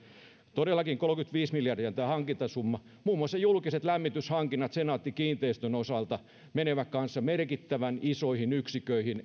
todellakin kolmekymmentäviisi miljardia on tämä hankintasumma muun muassa julkiset lämmityshankinnat senaatti kiinteistön osalta menevät merkittävän isoihin yksiköihin